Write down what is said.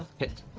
hit.